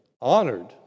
honored